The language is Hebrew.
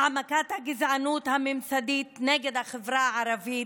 העמקת הגזענות הממסדית נגד החברה הערבית,